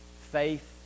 faith